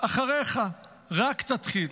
אחריך, רק תתחיל.